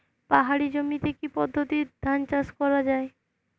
পাহাড়ী জমিতে কি পদ্ধতিতে ধান চাষ করা যায়?